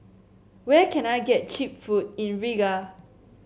where can I get cheap food in Riga